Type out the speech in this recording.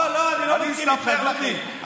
אני אספר לכם, לא, לא, אני לא מסכים איתך, דודי.